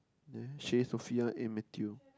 there Shay-Sophia